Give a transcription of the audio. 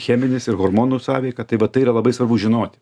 cheminis ir hormonų sąveika tai va tai yra labai svarbu žinoti